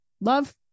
love